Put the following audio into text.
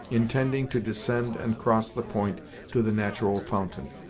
intending to descend and cross the point to the natural fountain.